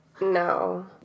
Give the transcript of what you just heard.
No